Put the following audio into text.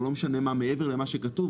או לא משנה מה מעבר למה שכתוב,